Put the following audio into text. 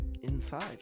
inside